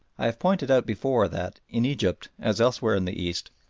i have pointed out before that, in egypt as elsewhere in the east,